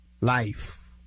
life